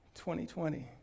2020